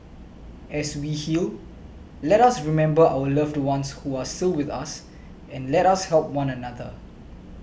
as we heal let us remember our loved ones who are so with us and let us help one another